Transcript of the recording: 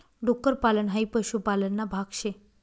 डुक्कर पालन हाई पशुपालन ना भाग शे